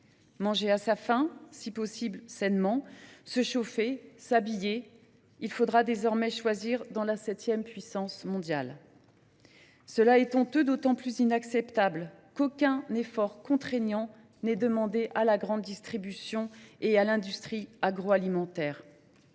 Manger à sa faim, si possible sainement, se chauffer, s’habiller : il faudra désormais choisir, dans la septième puissance mondiale ! C’est honteux et d’autant plus inacceptable qu’aucun effort contraignant n’est demandé à la grande distribution ou à l’industrie agroalimentaire